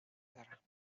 دارم